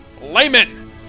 Layman